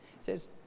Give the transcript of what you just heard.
says